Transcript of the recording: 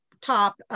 top